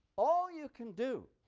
all you can do,